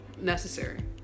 necessary